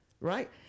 right